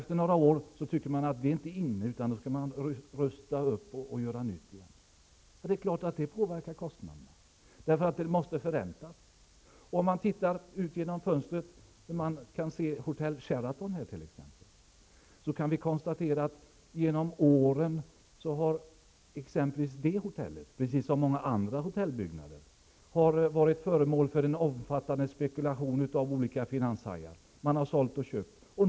Efter några år tycker man att det inte är inne. Då skall man rusta upp och göra nytt. Det är klart att sådant påverkar kostnaderna. Om vi tittar ut genom fönstret kan vi se Hotel Sheraton. Vi kan konstatera att exempelvis det hotellet, precis som många andra hotell, genom åren har varit föremål för en omfattande spekulation av olika finanshajar. Man har sålt och köpt.